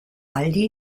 aldi